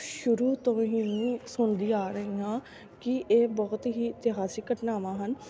ਸ਼ੁਰੂ ਤੋਂ ਹੀ ਸੁਣਦੀ ਆ ਰਹੀ ਹਾਂ ਕਿ ਇਹ ਬਹੁਤ ਹੀ ਇਤਿਹਾਸਿਕ ਘਟਨਾਵਾਂ ਹਨ